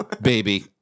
baby